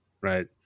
right